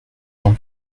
jean